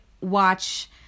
watch